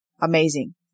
Amazing